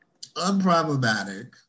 Unproblematic